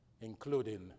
including